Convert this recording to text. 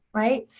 right?